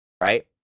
right